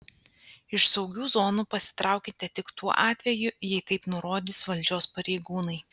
iš saugių zonų pasitraukite tik tuo atveju jei taip nurodys valdžios pareigūnai